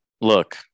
look